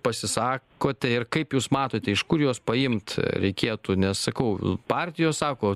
pasisakote ir kaip jūs matote iš kur juos paimt reikėtų nes sakau partijos sako